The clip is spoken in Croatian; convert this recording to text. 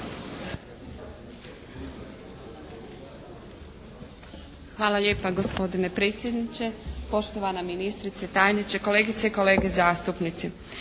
Hvala lijepa. Gospodine predsjedniče, poštovana ministrice, tajniče, kolegice i kolege zastupnici.